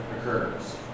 occurs